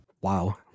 Wow